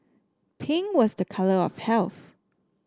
pink was the colour of health